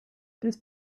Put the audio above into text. this